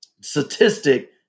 statistic